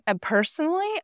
personally